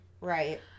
Right